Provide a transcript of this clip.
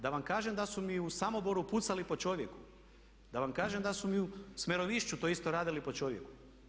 Da vam kažem da su mi u Samoboru pucali po čovjeku, da vam kažem da su mi u Smerovišću to isto radili po čovjeku.